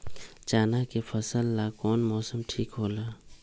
चाना के फसल ला कौन मौसम ठीक होला?